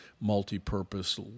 multi-purpose